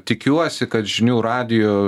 tikiuosi kad žinių radijo